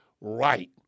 right